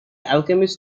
alchemist